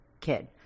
kid